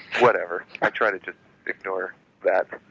whatever, i try to just ignore that.